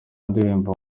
ndirimbo